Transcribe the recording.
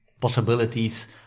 possibilities